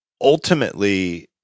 ultimately